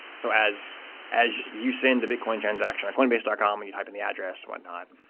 so as as you send the bitcoin transaction at coinbase dot com and you type in the address and whatnot,